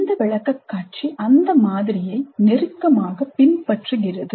இந்த விளக்கக்காட்சி அந்த மாதிரியை நெருக்கமாகப் பின்பற்றுகிறது